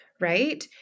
right